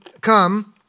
come